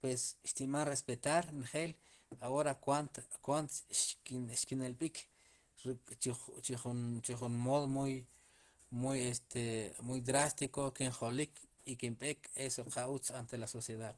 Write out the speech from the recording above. pues xtinb'an respetar njel ahora kwant, kwaant xkinelb'ik ruk'chu, chujun modo muy, muy, muy drástiko o kin jolik i kin b'eek eso qa utz ante la sociedad.